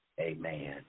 Amen